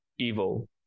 Evil